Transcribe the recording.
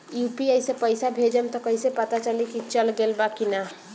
UPI से पइसा भेजम त कइसे पता चलि की चल गेल बा की न?